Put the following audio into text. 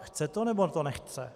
Chce to, nebo to nechce?